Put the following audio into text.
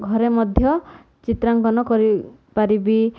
ଘରେ ମଧ୍ୟ ଚିତ୍ରାଙ୍କନ କରିପାରିବି